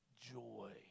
joy